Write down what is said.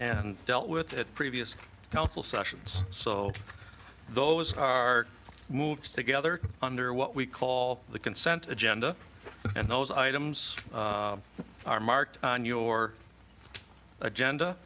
and dealt with at previous council sessions so those are moved together under what we call the consent agenda and those items are marked on your agenda